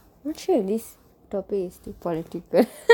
not sure you this topic is too political